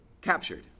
captured